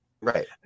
right